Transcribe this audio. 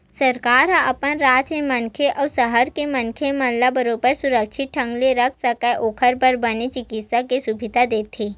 सरकार ह अपन राज के मनखे अउ देस के मनखे मन ला बरोबर सुरक्छित ढंग ले रख सकय ओखर बर बने चिकित्सा के सुबिधा देथे